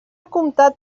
comtat